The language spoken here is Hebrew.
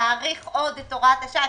להאריך עוד את הוראת השעה.